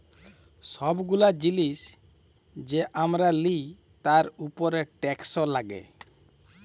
ছব গুলা জিলিস যে আমরা লিই তার উপরে টেকস লাগ্যে